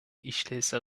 işlevsel